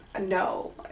No